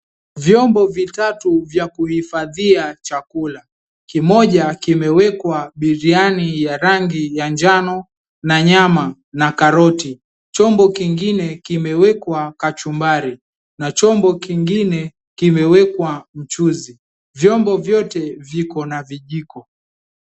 Vyombo vitatu vya kuhifadhia chakula, kimoja kimewekwa biriani ya rangi ya njano na nyama na karoti, chombo kingine kimewekwa kachumbari na chombo kingine kimewekwa mchuzi vyombo vyote viko na vijiko.